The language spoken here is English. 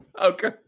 okay